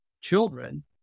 children